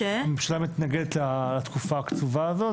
שהממשלה מתנגדת לתקופה הקצובה הזאת,